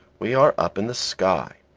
we are up in the sky.